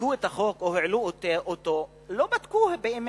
שחוקקו את החוק או העלו אותו לא בדקו באמת.